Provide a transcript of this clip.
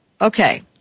okay